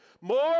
more